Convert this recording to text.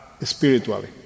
spiritually